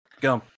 Go